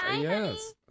yes